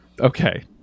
Okay